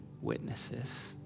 witnesses